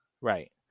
Right